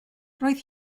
roedd